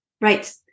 Right